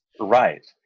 Right